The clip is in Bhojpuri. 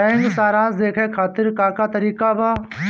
बैंक सराश देखे खातिर का का तरीका बा?